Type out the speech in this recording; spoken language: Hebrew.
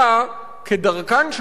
כדרכן של סחורות,